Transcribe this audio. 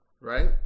Right